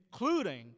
including